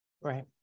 Right